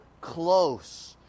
close